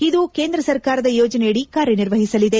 ಇದು ಕೇಂದ್ರ ಸರ್ಕಾರದ ಯೋಜನೆಯಡಿ ಕಾರ್ಯ ನಿರ್ವಹಿಸಲಿದೆ